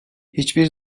hiçbir